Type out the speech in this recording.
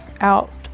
out